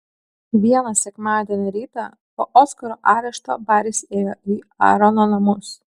vieną sekmadienio rytą po oskaro arešto baris ėjo į aarono namus